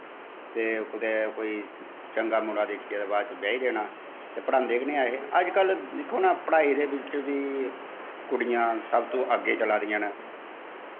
ते कुतै कोई चंगा मुड़ा दिक्खियै ते बाद च ब्याही देना ते पढ़ांदे गै नी है हे अज्जकल दिक्खो ना पढ़ाई दे बिच्च बी कुड़ियां सब तो अग्गैं चला दियां न